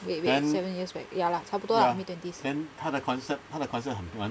wait wait seven years right ya lah 差不多 lah mid twenties